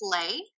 play